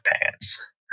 pants